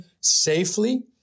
safely